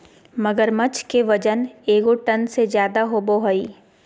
मगरमच्छ के वजन एगो टन से ज्यादा होबो हइ